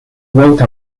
wrote